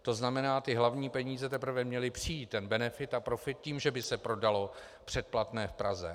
To znamená, ty hlavní peníze teprve měly přijít, ten benefit a profit, tím, že by se prodalo předplatné v Praze.